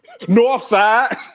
Northside